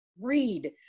Read